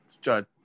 judge